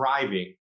thriving